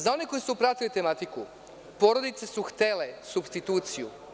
Za one koji su pratili tematiku, porodice su htele supstituciju.